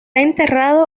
enterrado